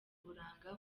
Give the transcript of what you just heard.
uburanga